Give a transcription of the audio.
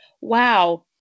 wow